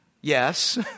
Yes